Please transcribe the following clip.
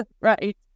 Right